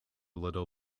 little